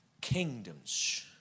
kingdoms